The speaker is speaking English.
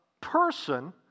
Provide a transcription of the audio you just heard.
person